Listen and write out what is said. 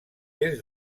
des